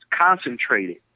concentrated